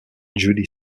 judy